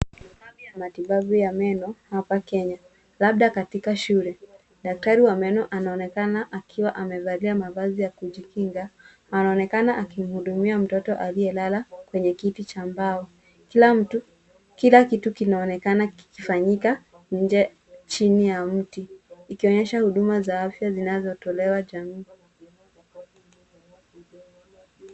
Ni kambi ya matibabu ya meno hapa Kenya, labda katika shule. Daktari wa meno anaonekana akiwa amevalia mavazi ya kujikinga, anaonekana akimhudumia mtoto aliyelala kwenye kiti cha mbao. Kila mtu, kila kitu kinaonekana kikifanyika nje chini ya mti, ikionyesha huduma za afya zinazotolewa jamii.